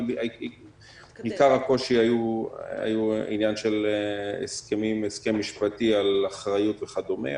אבל עיקר הקושי היה עניין של הסכם משפטי על אחריות וכדומה.